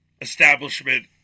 establishment